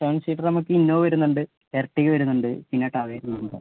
seven seater നമുക്ക് Innova വരുന്നുണ്ട് Ertiga വരുന്നുണ്ട് പിന്നെ ടാവേരയും ഉണ്ട് സർ